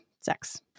sex